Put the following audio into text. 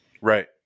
Right